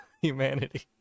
humanity